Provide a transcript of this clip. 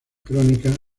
crónicas